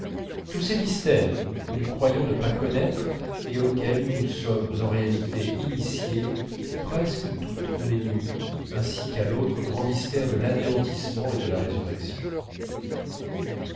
tous ces mystères que nous croyons ne pas connaître et auxquels nous sommes en réalité initiés presque toutes les nuits ainsi qu'à l'autre grand mystère de l'anéantissement et de la résurrection